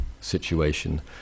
situation